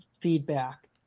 feedback